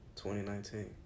2019